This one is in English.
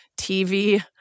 TV